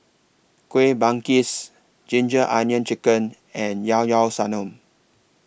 Kueh Manggis Ginger Onions Chicken and Llao Llao Sanum